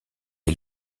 est